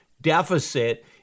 deficit